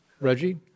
Reggie